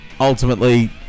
Ultimately